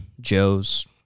Joe's